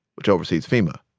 which oversees fema.